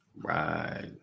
Right